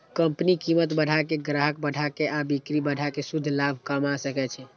company कीमत बढ़ा के, ग्राहक बढ़ा के आ बिक्री बढ़ा कें शुद्ध लाभ कमा सकै छै